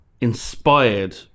inspired